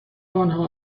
آنها